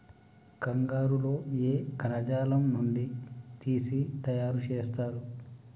కంగారు లో ఏ కణజాలం నుండి తీసి తయారు చేస్తారు?